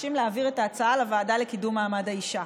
מבקשים להעביר את ההצעה לוועדה לקידום מעמד האישה.